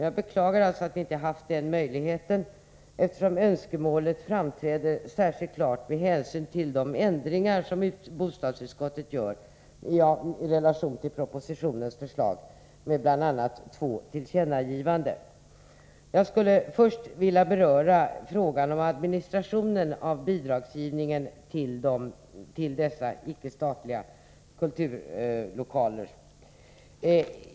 Jag beklagar att vi inte haft den möjligheten, eftersom önskemålet framträder särskilt klart med hänsyn till de ändringar i relation till propositionens förslag som bostadsutskottet har gjort och som bl.a. gäller två tillkännagivanden. Jag skulle först vilja beröra frågan om administrationen av bidragsgivningen till dessa icke-statliga kulturlokaler.